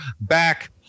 back